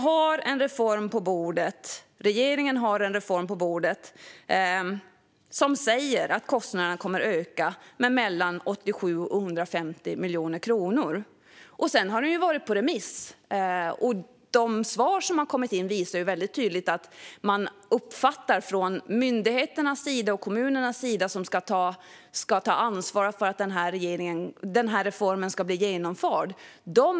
Men regeringen har en reform på bordet, och det sägs att kostnaderna kommer att öka med mellan 87 och 150 miljoner kronor. Detta har varit på remiss, och de svar som har kommit in visar väldigt tydligt vad myndigheterna och kommunerna, som ska ta ansvar för att reformen ska bli genomförd, anser.